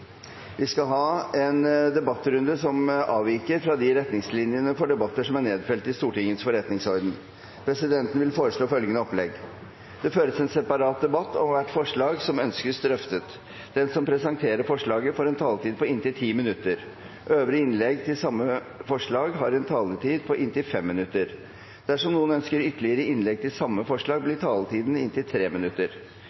Vi skal nå ha en debattrunde som avviker fra de retningslinjene for debatter som er nedfelt i Stortingets forretningsorden. Presidenten vil foreslå følgende opplegg: Det føres en separat debatt om hvert forslag som ønskes drøftet. Den som presenterer forslaget, får en taletid på inntil 10 minutter. Øvrige innlegg til samme forslag har en taletid på inntil 5 minutter. Dersom noen ønsker ytterligere innlegg til samme forslag,